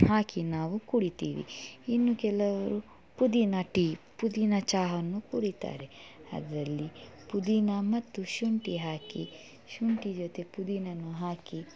ಹಾಕಿ ನಾವು ಕುಡಿತೀವಿ ಇನ್ನು ಕೆಲವರು ಪುದೀನ ಟೀ ಪುದೀನ ಚಹವನ್ನು ಕುಡಿತಾರೆ ಅದರಲ್ಲಿ ಪುದೀನ ಮತ್ತು ಶುಂಠಿ ಹಾಕಿ ಶುಂಠಿ ಜೊತೆ ಪುದೀನವೂ ಹಾಕಿ